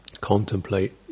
contemplate